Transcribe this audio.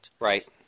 Right